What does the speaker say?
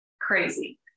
crazy